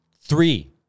three